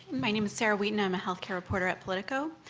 my name is sarah wheaton. i'm a healthcare reporter at politico.